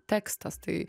tekstas tai